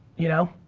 you know?